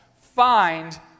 find